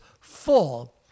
full